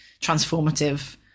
transformative